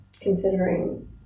considering